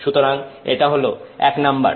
সুতরাং এটা হল 1 নাম্বার